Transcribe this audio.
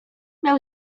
miał